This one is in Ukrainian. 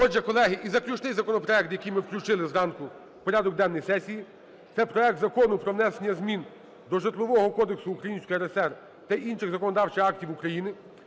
Отже, колеги, і заключний законопроект, який ми включили зранку в порядок денний сесії, це проект Закону про внесення змін до Житлового кодексу Української РСР та інших законодавчих актів України